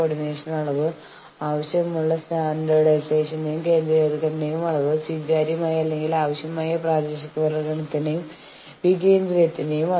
ജീവനക്കാരുടെ അച്ചടക്കത്തെ തുടർന്നുള്ള പരാതി ഇത് കൊണ്ട് ഉദ്ദേശിക്കുന്നത് ഒരു ജീവനക്കാരന്റെ അച്ചടക്കമില്ലായ്മ കൈകാര്യം ചെയ്യുന്നതിൽ ഉചിതമായ നടപടിക്രമത്തിന്റെ ഉപയോഗത്തെയാണ്